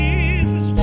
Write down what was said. Jesus